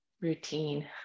routine